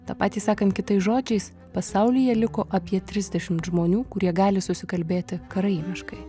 tą patį sakant kitais žodžiais pasaulyje liko apie trisdešimt žmonių kurie gali susikalbėti karaimiškai